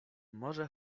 może